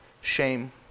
shame